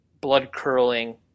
blood-curling